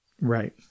Right